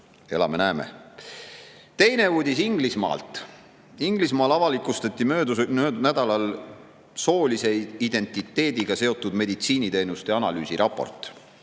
Elame-näeme! Teine uudis on Inglismaalt. Inglismaal avalikustati möödunud nädalal soolise identiteediga seotud meditsiiniteenuste analüüsi raport.